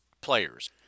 players